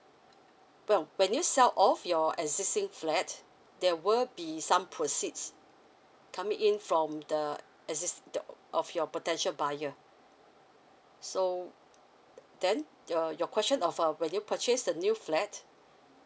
well when you sell off your existing flat there will be some proceeds coming in from the exist~ the uh of your potential buyer so then err your question of uh when you purchase a new flat